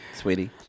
sweetie